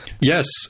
yes